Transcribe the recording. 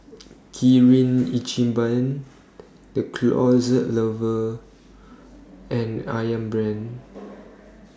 Kirin Ichiban The Closet Lover and Ayam Brand